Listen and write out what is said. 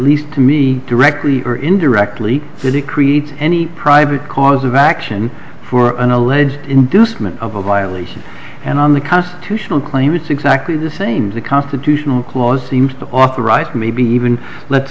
least to me directly or indirectly that it create any private cause of action for an alleged inducement of a violation and on the constitutional claim it's exactly the same the constitutional clause seemed to authorize maybe even let's